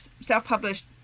self-published